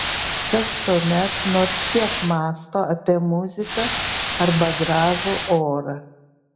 kas tuomet nors kiek mąsto apie muziką arba gražų orą